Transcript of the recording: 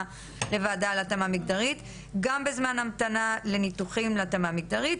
לוועדה להתאמה מגדרית וגם בזמן ההמתנה לניתוחים להתאמה מגדרית.